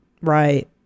right